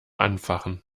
anfachen